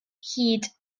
hud